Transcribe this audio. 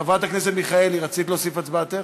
חברת הכנסת מיכאלי, רצית להוסיף את הצבעתך?